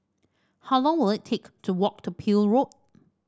how long will it take to walk to Peel Road